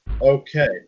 Okay